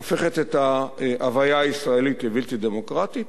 הופכת את ההוויה הישראלית לבלתי-דמוקרטית,